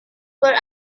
were